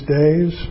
days